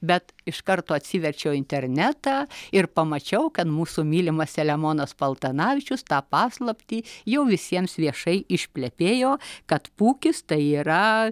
bet iš karto atsiverčiau internetą ir pamačiau kad mūsų mylimas selemonas paltanavičius tą paslaptį jau visiems viešai išplepėjo kad pūkis tai yra